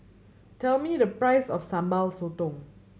tell me the price of Sambal Sotong